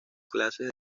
clases